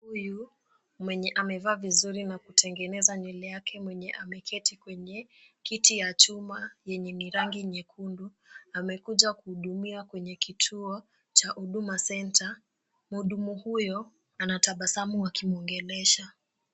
Huyu mwenye amevaa vizuri na kutengeneza nywele yake mwenye ameketi kwenye kiti ya chuma yenye mirangi nyekundu, amekuja kuhudumia kwenye kituo cha huduma centre. Mhudumu huyo anatabasamu akimwongelesha.